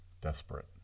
desperate